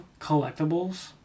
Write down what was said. Collectibles